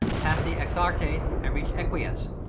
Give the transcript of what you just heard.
passed the axiartes and reached equius,